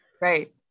Right